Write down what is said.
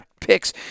picks